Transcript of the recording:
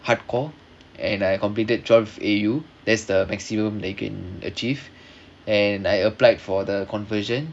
hardcore and I completed twelve A_U that's the maximum that you can achieve and I applied for the conversion